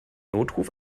notruf